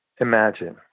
Imagine